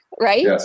right